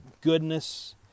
goodness